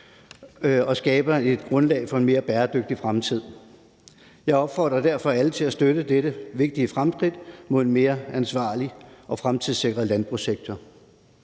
og skabe et grundlag for en mere bæredygtig fremtid. Jeg opfordrer derfor alle til at støtte dette vigtige fremskridt mod en mere ansvarlig og fremtidssikret landbrugssektor.